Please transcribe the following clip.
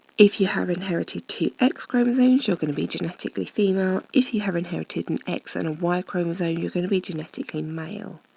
if you have inherited two x chromosomes, you're going to be genetically female. if you have inherited an x and a y chromosome, you're gonna be genetically male.